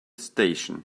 station